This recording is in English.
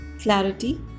clarity